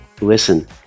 Listen